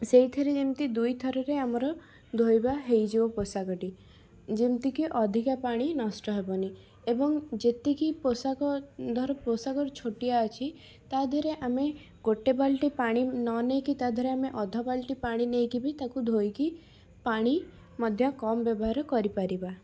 ସେଇଥିରେ ଯେମିତି ଦୁଇଥରରେ ଆମର ଧୋଇବା ହେଇଯିବ ପୋଷାକଟି ଯେମିତି କି ଅଧିକା ପାଣି ନଷ୍ଟ ହେବନି ଏବଂ ଯେତିକି ପୋଷାକ ଧର ପୋଷାକ ଛୋଟିଆ ଅଛି ତା ଦେହରେ ଆମେ ଗୋଟେ ବାଲଟି ପାଣି ନ ନେଇକି ତାଦେହରେ ଆମେ ଅଧ ବାଲଟି ପାଣି ନେଇକି ବି ତାକୁ ଧୋଇକି ପାଣି ମଧ୍ୟ କମ୍ ବ୍ୟବହାର କରିପାରିବା